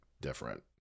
different